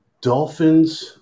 dolphin's